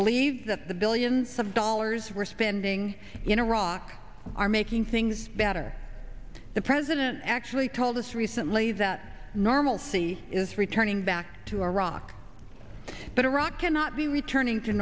believe that the billions of dollars we're spending in iraq are making things better the president actually told us recently that normalcy is returning back to iraq but iraq cannot be returning to